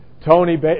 Tony